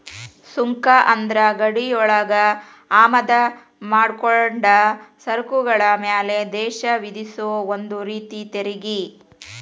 ಸುಂಕ ಅಂದ್ರ ಗಡಿಯೊಳಗ ಆಮದ ಮಾಡ್ಕೊಂಡ ಸರಕುಗಳ ಮ್ಯಾಲೆ ದೇಶ ವಿಧಿಸೊ ಒಂದ ರೇತಿ ತೆರಿಗಿ